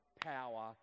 power